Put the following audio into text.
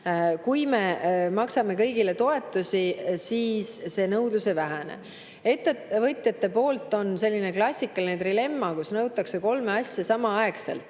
Kui me maksame kõigile toetusi, siis nõudlus ei vähene. Ettevõtjate poolt on selline klassikaline trilemma, kus nõutakse kolme asja samaaegselt.